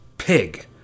Pig